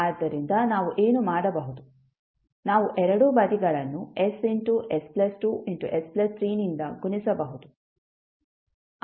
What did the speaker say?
ಆದ್ದರಿಂದ ನಾವು ಏನು ಮಾಡಬಹುದು ನಾವು ಎರಡೂ ಬದಿಗಳನ್ನುss 2s 3 ನಿಂದ ಗುಣಿಸಬಹುದು